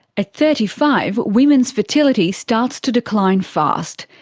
at thirty five, women's fertility starts to decline fast,